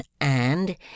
And